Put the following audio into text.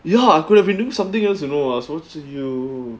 you know I could be doing something else you know so to you